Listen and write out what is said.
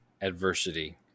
adversity